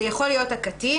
זה יכול להיות הקטין,